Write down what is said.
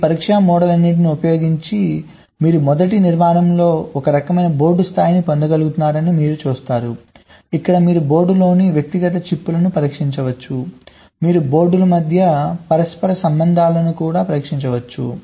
ఈ పరీక్షా మోడ్లన్నింటినీ ఉపయోగించి మీరు మొదటి నిర్మాణంలో ఒక రకమైన బోర్డు స్థాయిని పొందగలుగుతున్నారని మీరు చూస్తారు ఇక్కడ మీరు బోర్డులోని వ్యక్తిగత చిప్లను పరీక్షించవచ్చు మీరు బోర్డుల మధ్య పరస్పర సంబంధాలను కూడా పరీక్షించవచ్చు